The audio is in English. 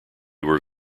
were